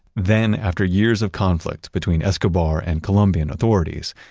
then, after years of conflict between escobar and colombian authorities,